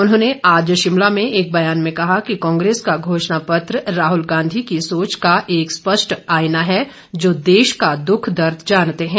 उन्होंने आज शिमला में एक बयान में कहा कि कांग्रेस का घोषणापत्र राहुल गांधी की सोच का एक स्पष्ट आइना है जो देश का दुख दर्द जानते हैं